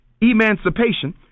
emancipation